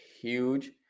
huge